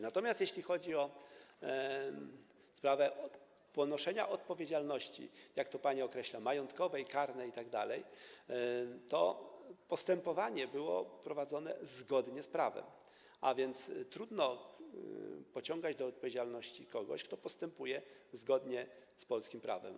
Natomiast jeśli chodzi o sprawę ponoszenia odpowiedzialności, jak to pani określa, majątkowej, karnej itd., to postępowanie było prowadzone zgodnie z prawem, a więc trudno pociągać do odpowiedzialności kogoś, kto postępuje zgodnie z polskim prawem.